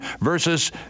versus